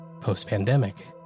Post-pandemic